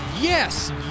yes